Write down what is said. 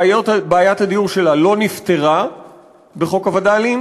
שבעיית הדיור שלה לא נפתרה בחוק הווד"לים